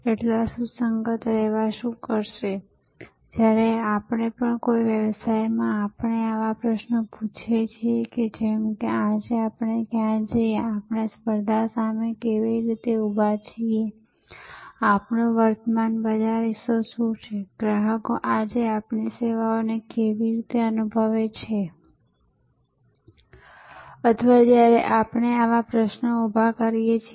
તેથી મૂળભૂત રીતે સેવા વિતરણમાં જ્યારે આપણે સ્થાન જોઈએ છીએ ત્યારે અમે હંમેશા ગ્રાહકની સુવિધાના સંદર્ભમાં સ્થાન નક્કી કરવાનો પ્રયાસ કરીએ છીએ